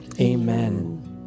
Amen